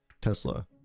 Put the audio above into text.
Tesla